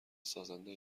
سازنده